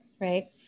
right